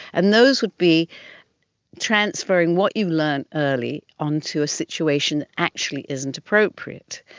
and those would be transferring what you learnt early onto a situation that actually isn't appropriate.